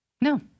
No